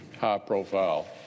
high-profile